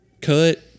cut